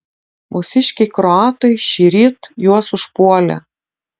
mūsiškiai kroatai šįryt juos užpuolė